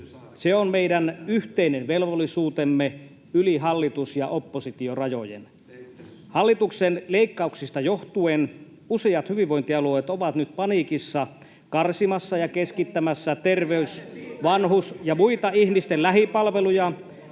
Se on meidän yhteinen velvollisuutemme yli hallitus- ja oppositiorajojen. Hallituksen leikkauksista johtuen useat hyvinvointialueet ovat nyt paniikissa karsimassa ja keskittämässä terveys-, vanhus- ja muita ihmisten lähipalveluja